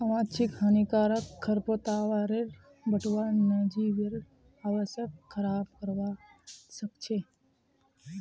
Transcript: आवांछित हानिकारक खरपतवारेर बढ़ना वन्यजीवेर आवासक खराब करवा सख छ